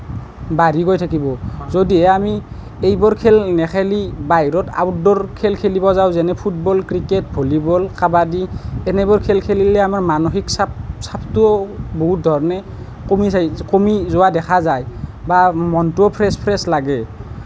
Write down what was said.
বাঢ়ি গৈ থাকিব যদিহে আমি এইবোৰ খেল নেখেলি বাহিৰত আউটডোৰ খেল খেলিব যাওঁ যেনে ফুটবল ক্ৰিক্ৰেট ভলীবল কাবাডী এনেবোৰ খেল খেলিলে আমাৰ মানসিক চাপ চাপটোও বহুত ধৰণে কমি যায় কমি যোৱা দেখা যায় বা মনটোও ফ্ৰেছ ফ্ৰেছ লাগে